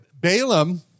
Balaam